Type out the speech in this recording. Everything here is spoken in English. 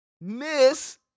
miss